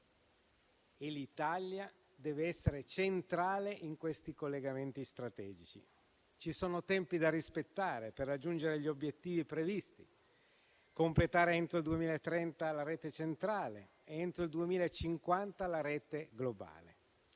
e l'Italia deve essere centrale in questi collegamenti strategici. Ci sono tempi da rispettare per raggiungere gli obiettivi previsti: completare entro il 2030 la rete centrale ed entro il 2050 la rete globale.